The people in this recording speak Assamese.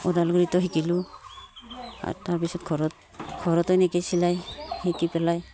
ওদালগুৰিতো শিকিলোঁ আৰু তাৰ পিছত ঘৰত ঘৰতে এনেকৈ চিলাই শিকি পেলাই